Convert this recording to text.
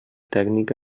tècnica